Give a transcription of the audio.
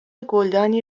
گلدانی